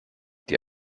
die